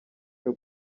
cyo